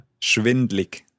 schwindlig